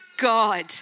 God